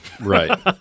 right